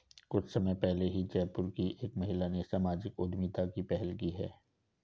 कुछ समय पहले ही जयपुर की एक महिला ने सामाजिक उद्यमिता की पहल की है